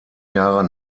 jahre